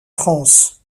france